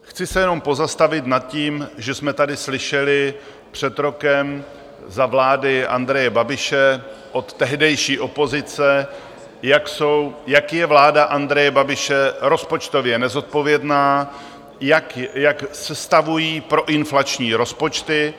Chci se jenom pozastavit na tím, že jsme tady slyšeli před rokem za vlády Andreje Babiše od tehdejší opozice, jak je vláda Andreje Babiše rozpočtově nezodpovědná, jak sestavují proinflační rozpočty.